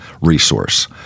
resource